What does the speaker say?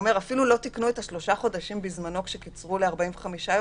אפילו לא תיקנו את השלושה חודשים בזמנו כשקיצרו ל-45 יום,